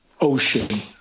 ocean